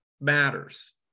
matters